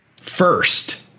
first